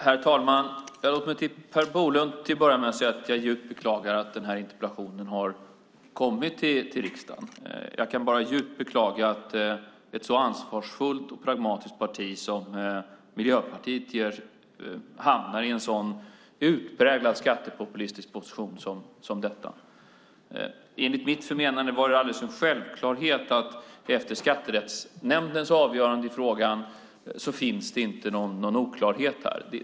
Herr talman! Till Per Bolund vill jag säga att jag djupt beklagar att den här interpellationen har kommit till riksdagen. Jag kan bara djupt beklaga att ett så ansvarsfullt och pragmatiskt parti som Miljöpartiet hamnar i en så utpräglat skattepopulistisk position. Enligt mitt förmenande är det en självklarhet att det efter Skatterättsnämndens avgörande i frågan inte finns någon oklarhet.